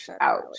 Ouch